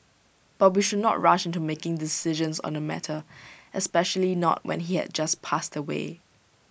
but we should not rush into making decisions on this matter especially not when he had just passed away